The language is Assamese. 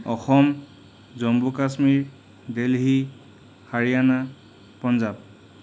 অসম জম্মু কাশ্মীৰ দেল্হী হাৰিয়ানা পঞ্জাৱ